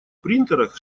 принтерах